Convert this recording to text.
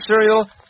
cereal